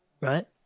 right